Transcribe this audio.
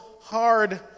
hard